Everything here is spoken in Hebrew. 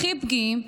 הכי פגיעים,